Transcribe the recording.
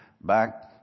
back